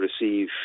receive